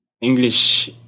English